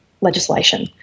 legislation